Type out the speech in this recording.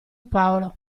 paolo